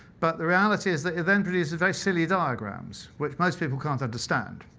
but the reality is that it then produces very silly diagrams, which most people can't understand.